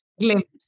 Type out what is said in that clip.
glimpse